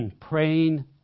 praying